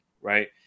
right